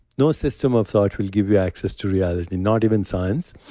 no system of thought will give you access to reality, not even science.